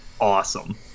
awesome